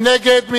מי נגד?